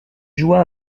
joua